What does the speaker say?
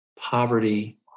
poverty